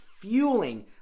fueling